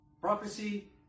prophecy